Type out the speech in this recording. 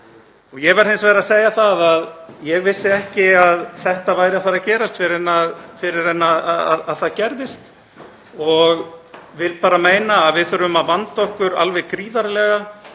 Ég verð hins vegar að segja að ég vissi ekki að þetta væri að fara að gerast fyrr en að það gerðist og tel að við þurfum að vanda okkur alveg gríðarlega